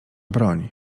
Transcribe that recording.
broń